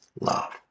love